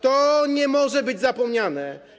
To nie może być zapomniane.